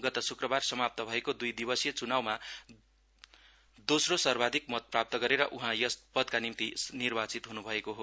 गत शुक्रबार समाप्त भएको दुई दिवसीय चुनाउमा दोस्रो सर्वाधिक मत प्राप्त गरेर उहाँ यस पदका निम्ति निर्वाचित हुनु भएको हो